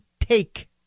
take